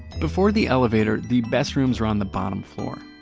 before the elevator, the best rooms are on the bottom floor.